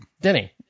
Denny